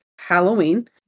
halloween